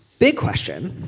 big question